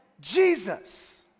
Jesus